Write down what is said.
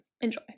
Enjoy